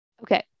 Okay